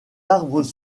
arbres